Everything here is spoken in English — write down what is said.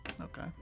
Okay